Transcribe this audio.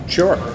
sure